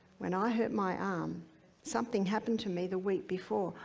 when i hurt my arm something happened to me the week before.